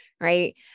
Right